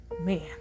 man